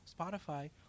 Spotify